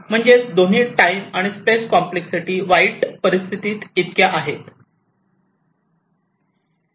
म्हणजेच दोन्ही time and space complexity वाईट परिस्थितीत इतक्या आहेत